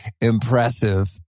impressive